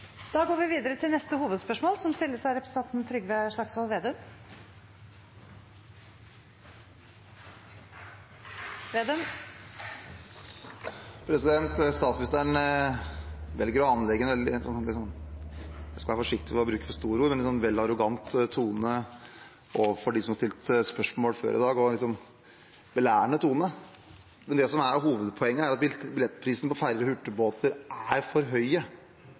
går videre til neste hovedspørsmål. Statsministeren velger å anlegge en – jeg skal være forsiktig med å bruke for store ord – litt vel arrogant tone overfor dem som stilte spørsmål før i dag, en litt belærende tone, men det som er hovedpoenget, er at billettprisene på ferjer og hurtigbåter er for